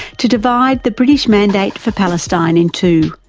to divide the british mandate for palestine in two,